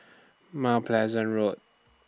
Mount Pleasant Road